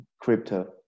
crypto